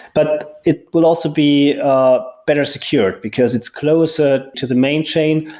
but it will also be ah better secured, because it's closer to the main chain.